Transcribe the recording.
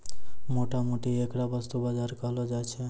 मोटा मोटी ऐकरा वस्तु बाजार कहलो जाय छै